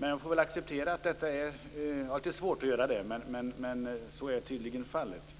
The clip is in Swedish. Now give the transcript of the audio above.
Jag får väl acceptera detta, även om jag har litet svårt att göra det.